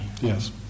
Yes